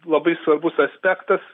labai svarbus aspektas